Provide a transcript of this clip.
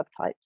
subtypes